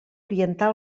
orientar